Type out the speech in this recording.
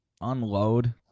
unload